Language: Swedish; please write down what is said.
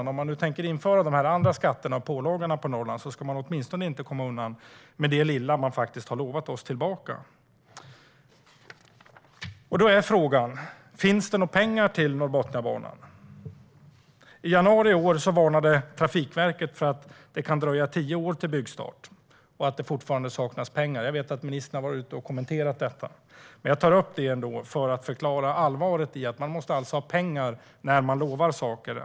Om regeringen nu tänker införa de andra skatterna och pålagorna på Norrland ska man åtminstone inte komma undan med det lilla man har lovat oss tillbaka. Frågan är: Finns det några pengar till Norrbotniabanan? I januari i år varnade Trafikverket för att det kan dröja tio år till byggstart och att det fortfarande saknas pengar. Jag vet att ministern har varit ute och kommenterat detta, men jag tar ändå upp det för att förklara allvaret i att man måste ha pengar när man lovar saker.